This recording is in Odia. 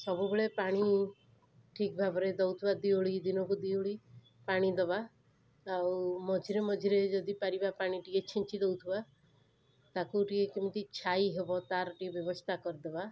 ସବୁବେଳେ ପାଣି ଠିକ୍ ଭାବରେ ଦଉଥିବା ଦିଓଳି ଦିନକୁ ଦିଓଳି ପାଣିଦବା ଆଉ ମଝିରେ ମଝିରେ ଯଦି ପାରିବା ପାଣି ଟିକିଏ ଛିଞ୍ଚି ଦଉଥିବା ତାକୁ ଟିକିଏ କେମିତି ଛାଇ ହେବ ତାର ଟିକେ ବ୍ୟବସ୍ଥା କରିଦବା